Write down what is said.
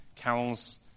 carols